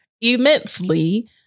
immensely